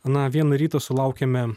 na vieną rytą sulaukėme